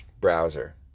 browser